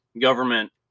government